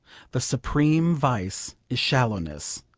the supreme vice is shallowness.